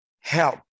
help